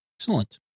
Excellent